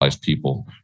people